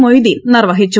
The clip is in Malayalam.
മൊയ്തീൻ നിർവ്വഹിച്ചു